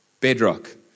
bedrock